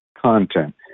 content